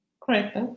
Correct